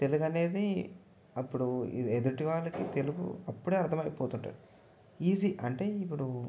తెలుగు అనేది అప్పుడు ఎదుటి వాళ్ళకి తెలుగు అప్పుడే అర్థమైపోతుంది ఈజీ అంటే ఇప్పుడు